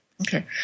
Okay